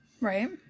Right